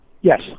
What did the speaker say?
Yes